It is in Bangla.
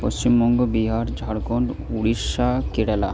পশ্চিমবঙ্গ বিহার ঝাড়খন্ড উড়িষ্যা কেরালা